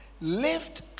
lift